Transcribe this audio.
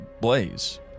Blaze